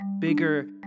bigger